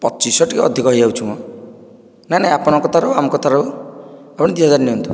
ପଚିଶହ ଟିକିଏ ଅଧିକ ହୋଇଯାଉଛି ମ ନାଇଁ ନାଇଁ ଆପଣଙ୍କ କଥା ରହୁ ଆମ କଥା ରହୁ ହେଉ ଦୁଇ ହଜାର ନିଅନ୍ତୁ